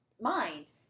mind